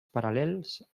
paral·lels